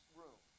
room